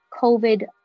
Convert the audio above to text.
COVID